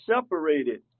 separated